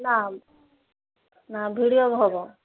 ନା ନା ଭିଡ଼ିଓ ହେବ